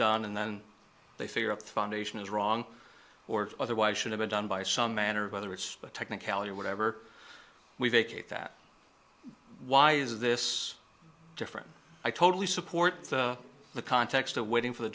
done and then they figure up foundation is wrong or otherwise should have been done by some manner whether it's a technicality or whatever we vacate that why is this different i totally support the context of waiting for the